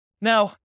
Now